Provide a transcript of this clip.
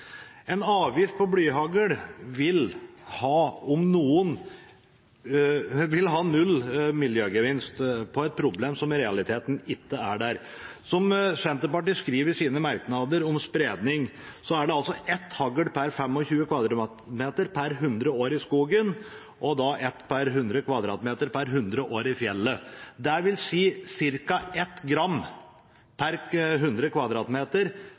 En avgift på blyhagl vil ha null miljøgevinst på et problem som i realiteten ikke er der. Som Senterpartiet skriver i sine merknader om spredning, er det altså ett hagl per 25 kvadratmeter per hundre år i skogen og ett hagl per 100 kvadratmeter per hundre år i fjellet, dvs. ca. ett gram per 100